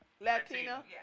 Latina